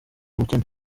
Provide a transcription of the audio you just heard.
bukene